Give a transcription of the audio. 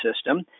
system